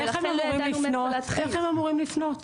איך הם אמורים לפנות?